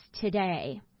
today –